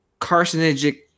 carcinogenic